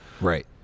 Right